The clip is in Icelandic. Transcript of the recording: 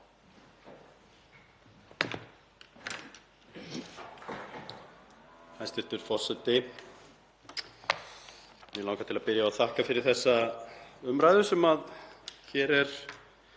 Hæstv. forseti. Mig langar til að byrja á að þakka fyrir þessa umræðu sem hér er